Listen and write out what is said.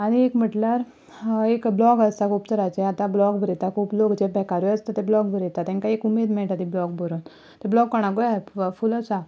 आनी एक म्हणल्यार एक ब्लॉग आसा खूब तरांचें आतां ब्लॉग बरयतात खूब लोक जे बेकारूय आसता ते ब्लॉग बरयता तेंका एक उमेद मेळटा ती ब्लॉग बरोवन तें ब्लॉग कोणाकूय हेल्पफूल आसा